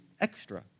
extra